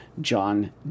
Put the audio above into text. John